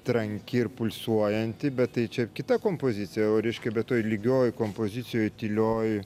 tranki ir pulsuojanti bet tai čia kita kompozicija o reiškia bet toj lygioj kompozicijoj tylioj